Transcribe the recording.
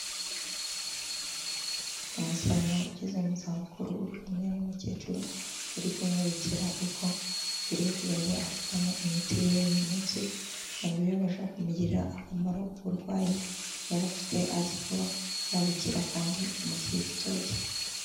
Umusaza ugeze mu zabukuru uri kumwe n'umukecuru, uri kumwerekera uko akwiriye kuzajya afatamo imiti yiwe ya buri munsi, kugira ngo ibe yabasha kumugirira akamaro, uburwayi yaba afite aze kuba yabukira, kandi mu gihe gitoya.